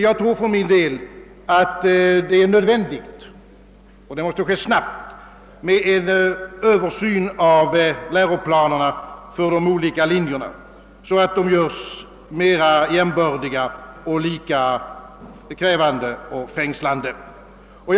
Jag tror, att det är nödvändigt med en översyn av läroplanerna för de olika linjerna, så att dessa blir jämbördiga — lika krävande och lika fängslande. Och en sådan översyn måste ske snabbt.